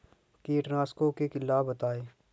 कीटनाशकों के लाभ बताएँ?